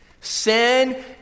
Sin